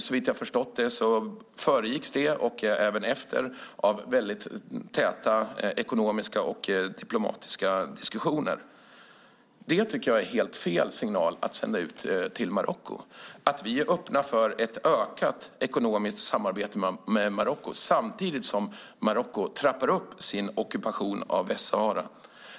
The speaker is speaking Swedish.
Såvitt jag har förstått både föregicks det och följdes det av väldigt täta ekonomiska och diplomatiska diskussioner. Det tycker jag är helt fel signal att sända till Marocko - att vi är öppna för ett ökat ekonomiskt samarbete med Marocko samtidigt som Marocko trappar upp sin ockupation av Västsahara.